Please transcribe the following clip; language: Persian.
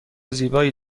زیبایی